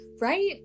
right